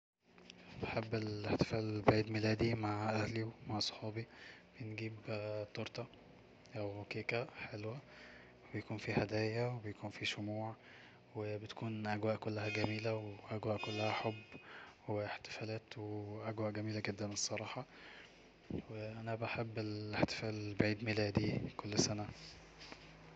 بحب الاحتفال بعيد ميلادي مع اهلي ومع صحابي بنجيب تورته أو كيكا حلوة بيكون في هداية وبيكون في شموع وبتكون اجواء كلها جميلة وأجواء كلها حب واحتفالات وأجواء جميله جدا الصراحة أنا بحب الاحتفال بعيد ميلادي كل سنه